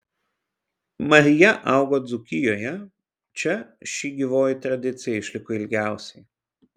marija augo dzūkijoje čia ši gyvoji tradicija išliko ilgiausiai